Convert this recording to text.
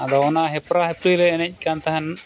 ᱟᱫᱚ ᱚᱱᱟ ᱦᱮᱯᱨᱟ ᱦᱮᱯᱨᱤᱨᱮ ᱮᱱᱮᱡ ᱠᱟᱱ ᱛᱟᱦᱮᱱ